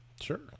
Sure